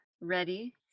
ready